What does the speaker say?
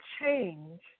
change